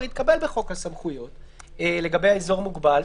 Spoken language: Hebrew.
התקבל בחוק הסמכויות לגבי האזור המוגבל.